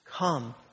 Come